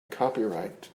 copyright